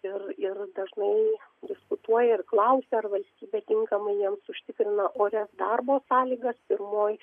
ir ir dažnai diskutuoja ir klausia ar valstybė tinkamai jiems užtikrina orias darbo sąlygas pimoj